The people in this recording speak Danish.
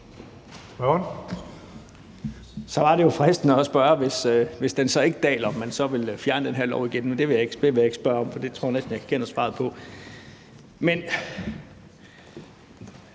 Så var det jo fristende at spørge: Hvis den så ikke daler, vil man så fjerne den her lov igen? Men det vil jeg ikke spørge om, for det tror jeg næsten jeg kender svaret på. Men